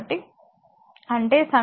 కాబట్టి అంటే సమీకరణం 2